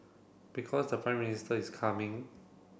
because the Prime Minister is coming